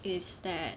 is that